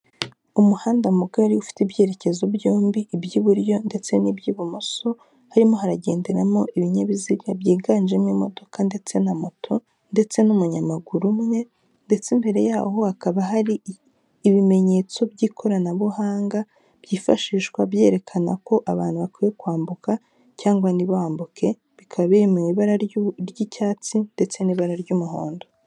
Umuhanda mugari ufite ibyerekezo byombi iby'iburyo ndetse n'iby'ibumoso, harimo haragenderamo ibinyabiziga byiganjemo imodoka ndetse na moto ndetse n'umunyamaguru umwe, ndetse imbere yaho hakaba hari ibimenyetso by'ikoranabuhanga, byifashishwa byerekana ko abantu bakwiye kwambuka cyangwa ntibambuke, bikaba biri mu ibara ry'icyatsi ndetse n'ibara ry'umuhondo.